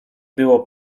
było